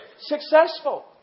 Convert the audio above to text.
successful